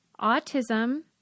autism